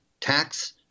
tax